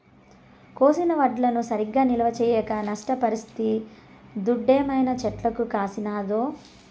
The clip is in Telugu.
కోసిన వడ్లను సరిగా నిల్వ చేయక నష్టపరిస్తిది దుడ్డేమైనా చెట్లకు కాసినాదో